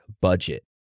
Budget